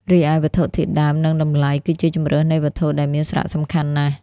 រីឯ វត្ថុធាតុដើម និងតម្លៃ គឺជាជម្រើសនៃវត្ថុដែលមានសារៈសំខាន់ណាស់។